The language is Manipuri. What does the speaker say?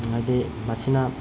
ꯍꯥꯏꯗꯤ ꯃꯁꯤꯅ